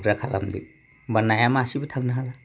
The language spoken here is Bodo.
ग्रा खालामदो होमबा नाया मासेबो थांनो हाला